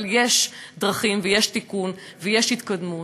אבל יש דרכים, ויש תיקון, ויש התקדמות.